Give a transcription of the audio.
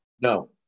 No